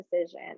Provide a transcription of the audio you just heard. decision